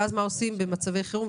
ואז מה עושים במצבי חירום.